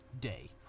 day